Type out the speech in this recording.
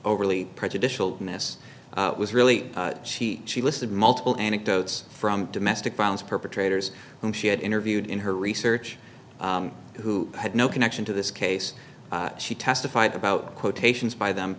overly prejudicial miss it was really she she listed multiple anecdotes from domestic violence perpetrators whom she had interviewed in her research who had no connection to this case she testified about quotations by them